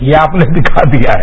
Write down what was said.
ये आपने दिखा दिया है